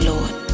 Lord